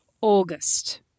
August